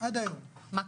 וב-2018 שנדקרה האחות,